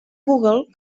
google